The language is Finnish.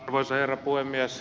arvoisa herra puhemies